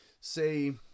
say